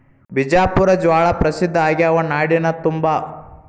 ಬಿಜಾಪುರ ಜ್ವಾಳಾ ಪ್ರಸಿದ್ಧ ಆಗ್ಯಾವ ನಾಡಿನ ತುಂಬಾ